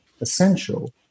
essential